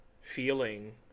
feeling